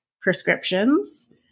prescriptions